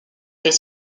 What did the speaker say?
créer